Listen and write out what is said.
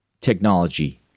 technology